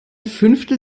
fünftel